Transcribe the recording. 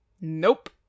Nope